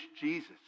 Jesus